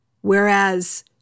Whereas